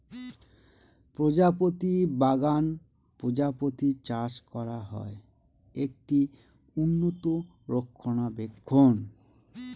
প্রজাপতি বাগান প্রজাপতি চাষ করা হয়, একটি উন্নত রক্ষণাবেক্ষণ